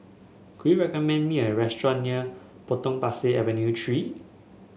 can you recommend me a restaurant near Potong Pasir Avenue Three